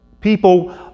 people